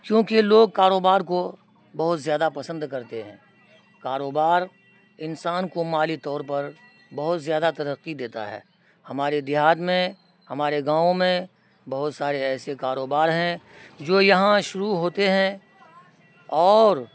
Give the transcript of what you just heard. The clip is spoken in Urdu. کیونکہ لوگ کاروبار کو بہت زیادہ پسند کرتے ہیں کاروبار انسان کو مالی طور پر بہت زیادہ ترقی دیتا ہے ہمارے دیہات میں ہمارے گاؤں میں بہت سارے ایسے کاروبار ہیں جو یہاں شروع ہوتے ہیں اور